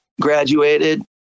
graduated